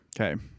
Okay